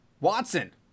watson